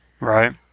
Right